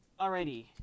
Alrighty